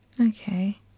Okay